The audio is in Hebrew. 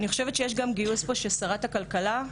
אני חושבת שיש פה גם גיוס של שרת הכלכלה,